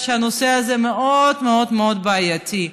והנושא הזה מאוד מאוד מאוד בעייתי.